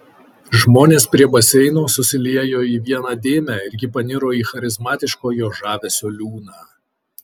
žmonės prie baseino susiliejo į vieną dėmę ir ji paniro į charizmatiško jo žavesio liūną